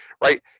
right